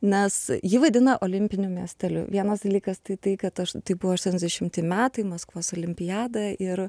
nes jį vadina olimpiniu miesteliu vienas dalykas tai tai kad tai buvo aštuoniasdešimti metai maskvos olimpiada ir